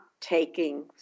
taking